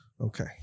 Okay